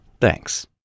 Thanks